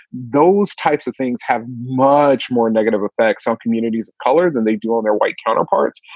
those types of things have much more negative effects on communities of color than they do on their white counterparts.